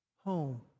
home